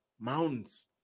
mountains